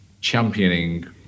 championing